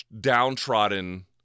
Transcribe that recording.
downtrodden